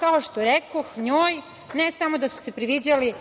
Kao što rekoh, njoj ne samo da su se priviđali